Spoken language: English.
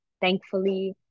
thankfully